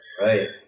right